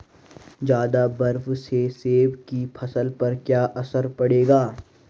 ज़्यादा बर्फ से सेब की फसल पर क्या असर पड़ेगा?